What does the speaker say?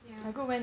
yeah